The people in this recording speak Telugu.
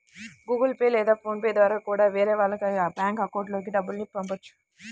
గుగుల్ పే లేదా ఫోన్ పే ద్వారా కూడా వేరే వాళ్ళ బ్యేంకు అకౌంట్లకి డబ్బుల్ని పంపొచ్చు